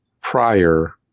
prior